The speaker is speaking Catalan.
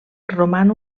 roman